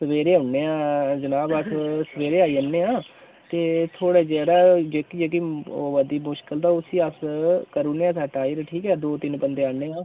सवेरे औन्ने आं जनाब अस सवेरे आई जन्ने आं ते थुआढ़े जेह्ड़ा जेह्की जेह्की आवै दी मुश्कल ते उ'स्सी अस करी ओड़ने आं सैट्ट आइयै ठीक ऐ दो तिन्न बंदे औन्ने आं